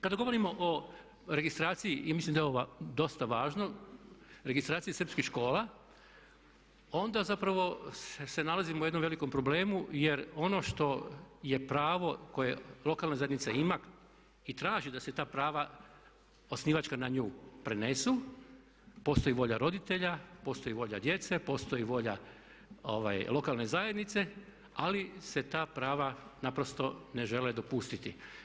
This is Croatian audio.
Kada govorimo o registraciji ja mislim da je ovo dosta važno, registracija srpskih škola onda zapravo se nalazimo u jednom velikom problemu jer ono što je pravo koje lokalna zajednica ima i traži da se ta prava osnivačka na nju prenesu, postoji volja roditelja, postoji volja djece, postoji volja lokalne zajednice ali se ta prava naprosto ne žele dopustiti.